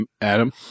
Adam